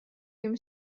whom